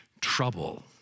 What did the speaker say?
trouble